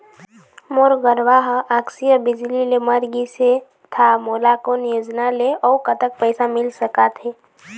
मोर गरवा हा आकसीय बिजली ले मर गिस हे था मोला कोन योजना ले अऊ कतक पैसा मिल सका थे?